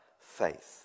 faith